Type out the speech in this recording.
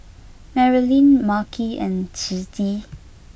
Marilynn Makhi and Ciji